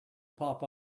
pop